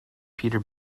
peter